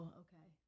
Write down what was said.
okay